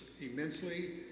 immensely